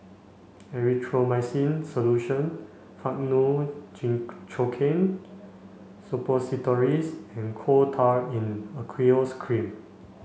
Erythroymycin Solution Faktu Cinchocaine Suppositories and Coal Tar in Aqueous Cream